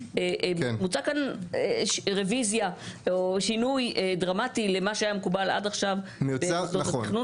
מוצעת כאן רביזיה לכל מה שהיה מקובל עד עכשיו במוסדות התכנון,